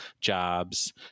jobs